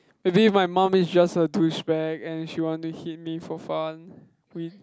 maybe my mum is just a douchebag and she want to hit me for fun